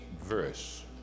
verse